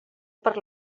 per